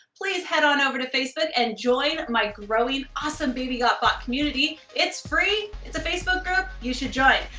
please head on over to facebook and join my growing awesome baby got bot community. it's free, it's a facebook group, you should join.